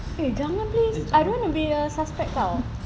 eh jangan please I don't want to be a suspect [tau]